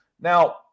Now